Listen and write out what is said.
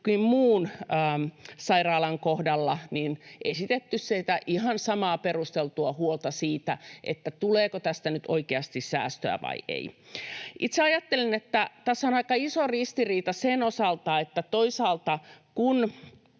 monen muun sairaalan kohdalla esitetty ihan samaa perusteltua huolta siitä, tuleeko tästä nyt oikeasti säästöä vai ei. Itse ajattelen, että tässä on aika iso ristiriita sen osalta, että kun